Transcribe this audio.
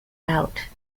out